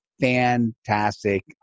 fantastic